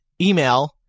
email